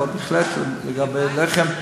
אבל בהחלט, לגבי לחם,